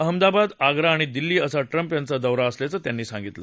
अहमदाबाद आग्रा आणि दिल्ली असा ट्रम्प यांचा दौरा असल्याचं त्यांनी सांगितलं